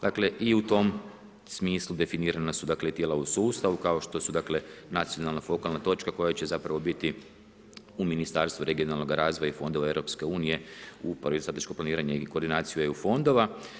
Dakle i u tom smislu definirana su tijela u sustavu, kao što su nacionalna fokalna točka koja će zapravo biti u Ministarstvu regionalnog razvoja i fondova EU ... strateško planiranje i koordinaciju EU fondova.